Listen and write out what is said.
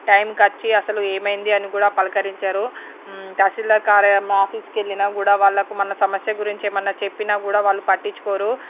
టైమ్కి వచ్చి అసలు ఏమైంది అని కూడా పలకరించరు తాసిల్దార్ కార్యాలయం ఆఫీస్కి వెళ్ళినా కూడా వాళ్లకు మన సమస్య గురించి ఏమైనా చెప్పినా కూడా వాళ్ళు పట్టించుకోరు